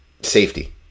safety